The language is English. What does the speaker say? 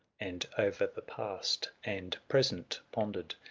and o'er the past and present pondered,